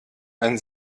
ein